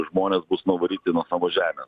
žmonės bus nuvaryti nuo savo žemės